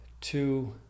two